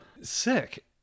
Sick